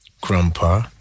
Grandpa